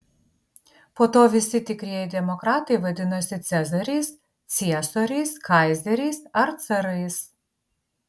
po to visi tikrieji demokratai vadinosi cezariais ciesoriais kaizeriais ar carais